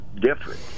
different